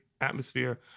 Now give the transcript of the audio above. atmosphere